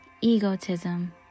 egotism